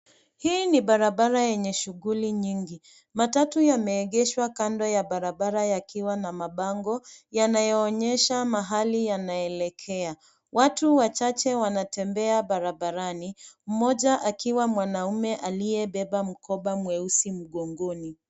Hii ni barabara yenye shughuli nyingi. Matatu yameegeshwa kando ya barabara yakiwa na mabango yanayoonyesha mahali yanaelekea. Watu wachache wanatembea barabarani, mmoja akiwa mwanaumea aliyebeba mkoba mweusi mgongoni.